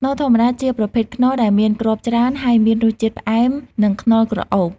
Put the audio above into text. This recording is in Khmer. ខ្នុរធម្មតា ជាប្រភេទខ្នុរដែលមានគ្រាប់ច្រើន ហើយមានរសជាតិផ្អែម និង ខ្នុរក្រអូប។